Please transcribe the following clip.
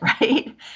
right